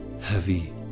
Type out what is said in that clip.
heavy